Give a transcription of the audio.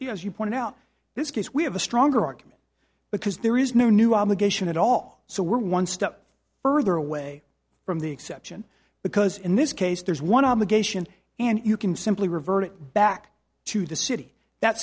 as you point out this case we have a stronger argument because there is no new obligation at all so we're one step further away from the exception because in this case there's one obligation and you can simply revert it back to the city that